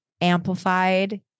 amplified